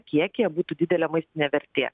kiekyje būtų didelė maistinė vertė